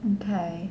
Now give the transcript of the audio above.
okay